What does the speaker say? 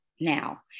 Now